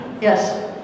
Yes